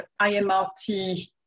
IMRT